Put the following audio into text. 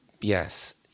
Yes